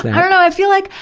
i dunno, i feel like,